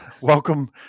welcome